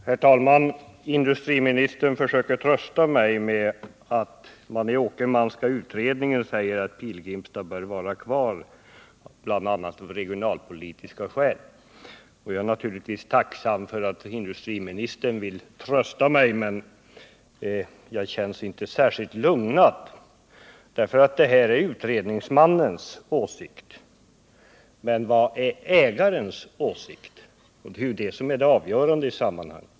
Herr talman! Industriministern försöker trösta mig med att man i den Åkermanska utredningen säger att Pilgrimstads AB bör vara kvar, bl.a. av regionalpolitiska skäl. Jag är naturligtvis tacksam för att industriministern vill trösta mig, men jag känner mig inte särskilt lugnad, eftersom detta är utredningsmannens åsikt. Vilken är ägarens åsikt? Det är ju avgörande i sammanhanget.